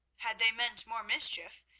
had they meant more mischief,